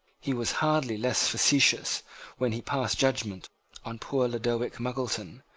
he was hardly less facetious when he passed judgment on poor lodowick muggleton,